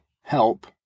help